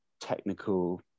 technical